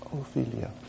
Ophelia